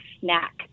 snack